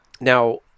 now